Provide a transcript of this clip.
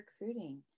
Recruiting